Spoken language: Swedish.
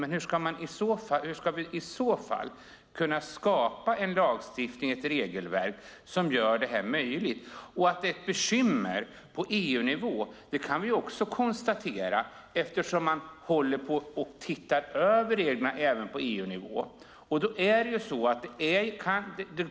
Men hur ska vi i så fall kunna skapa en lagstiftning och ett regelverk som gör detta möjligt? Vi kan konstatera att det är ett bekymmer också på EU-nivå eftersom man håller på att titta över reglerna även där.